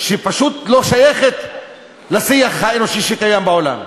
שפשוט לא שייכת לשיח האנושי שקיים בעולם.